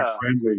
friendly